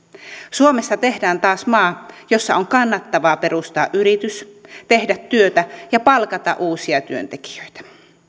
suomesta tehdään taas maa jossa on kannattavaa perustaa yritys tehdä työtä ja palkata uusia työntekijöitä